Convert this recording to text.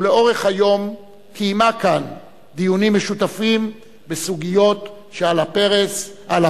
ולאורך היום קיימה כאן דיונים משותפים בסוגיות שעל הפרק.